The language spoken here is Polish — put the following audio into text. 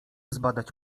zbadać